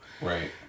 Right